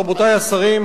רבותי השרים,